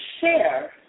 share